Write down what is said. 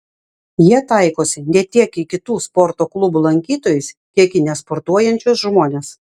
jie taikosi ne tiek į kitų sporto klubų lankytojus kiek į nesportuojančius žmones